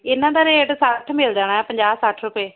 ਇਹਨਾਂ ਦਾ ਰੇਟ ਸੱਠ ਮਿਲ ਜਾਣਾ ਪੰਜਾਹ ਸੱਠ ਰੁਪਏ